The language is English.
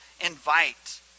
Invite